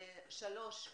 שלוש,